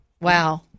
Wow